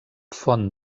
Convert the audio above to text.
font